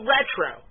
Retro